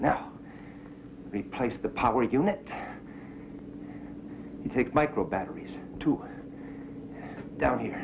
now replace the power you take micro batteries to down here